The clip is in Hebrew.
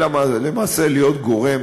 אלא למעשה להיות גורם